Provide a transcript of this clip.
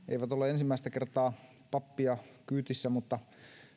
eivät ole ensimmäistä kertaa pappia kyydissä mutta